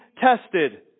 tested